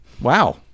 Wow